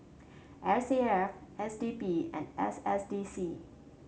S A F S D P and S S D C